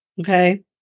Okay